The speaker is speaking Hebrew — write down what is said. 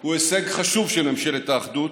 הוא הישג חשוב של ממשלת האחדות,